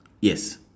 Yes